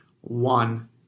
one